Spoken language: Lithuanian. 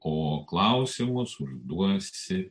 o klausimus užduosi